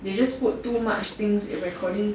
they just put too much things in recording